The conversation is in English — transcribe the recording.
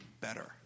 better